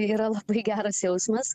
yra labai geras jausmas